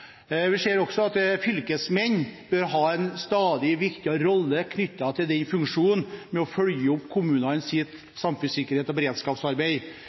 Vi ser også at fylkesmenn bør ha en stadig viktigere rolle knyttet til funksjonen med å følge opp kommunenes samfunnssikkerhets- og beredskapsarbeid